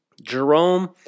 Jerome